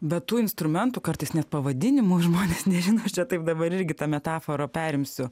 bet tų instrumentų kartais net pavadinimų žmonės nežino aš čia taip dabar irgi tą metaforą perimsiu